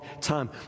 time